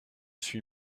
suis